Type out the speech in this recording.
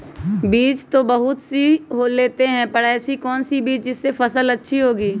बीज तो बहुत सी लेते हैं पर ऐसी कौन सी बिज जिससे फसल अच्छी होगी?